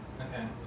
Okay